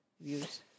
views